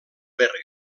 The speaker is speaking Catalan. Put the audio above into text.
bergen